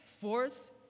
Fourth